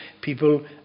people